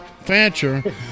Fancher